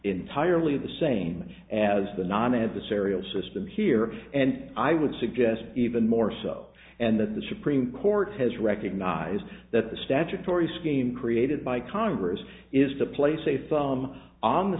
entirely the same as the non adversarial system here and i would suggest even more so and that the supreme court has recognized that the statutory scheme created by congress is to place a thumb on the